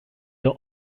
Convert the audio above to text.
der